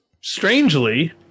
strangely